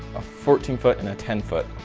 a fourteen foot, and a ten foot,